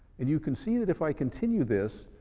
and you can see that if i continue this,